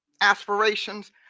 Aspirations